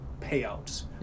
payouts